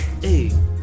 Hey